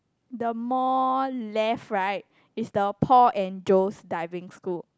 the more left right is the Paul and Joe's Diving School